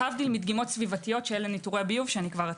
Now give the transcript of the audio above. להבדיל מדגימות סביבתיות שאלה ניטורי הביוב שכבר אציג.